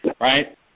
right